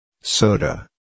soda